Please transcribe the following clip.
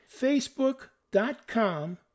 Facebook.com